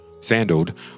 sandaled